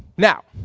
now,